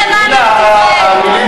בשדולה למען ארץ-ישראל.